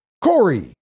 Corey